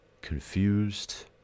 confused